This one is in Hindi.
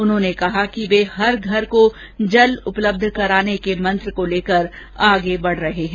उन्होंने कहा कि वे हर घर को जल उपलब्ध कराने के मंत्र को लेकर आगे बढ रहे हैं